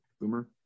Boomer